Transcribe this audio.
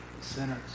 sinners